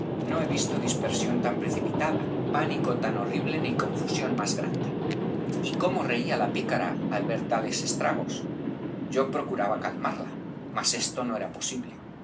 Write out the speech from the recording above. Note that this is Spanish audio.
no he visto dispersión tan precipitada pánico tan horrible ni confusión b pérez galdós más grande y cómo reía la picara al ver tales estragos yo procuraba calmarla mas esto no era posible